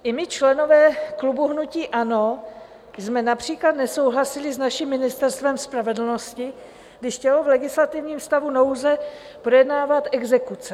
I my, členové klubu hnutí ANO, jsme například nesouhlasili s naším Ministerstvem spravedlnosti, když chtělo v legislativním stavu nouze projednávat exekuce.